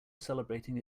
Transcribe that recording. celebrating